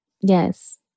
yes